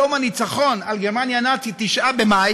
יום הניצחון על גרמניה הנאצית הוא 9 במאי,